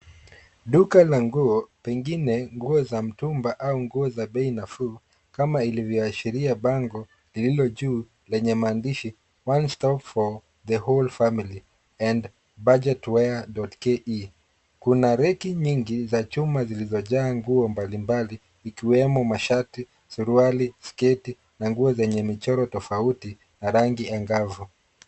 Duka la nguo, pengine nguo za mtumba au nguo za bei nafuu kama ilivyoashiria bango, lililo juu lenye mandishi one stop for the whole family and budgetware.ke Kuna reki nyingi za chuma zilizojaa nguo mbalimbali ikiwemo mashati, suruali, sketi na nguo zenye michoro tofauti na rangi angavu.